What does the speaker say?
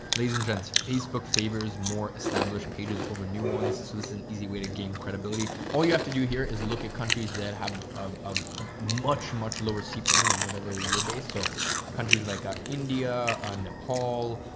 ladies and gents. facebook favors more established pages over new ones, so this is an easy way to gain credibility. all you have to do here is look at countries that have a much, much lower cpm than whenever your base. so countries like ah india and ah nepal,